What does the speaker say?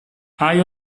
hai